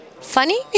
Funny